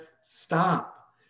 Stop